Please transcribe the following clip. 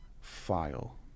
file